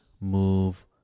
move